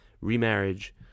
remarriage